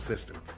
system